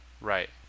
Right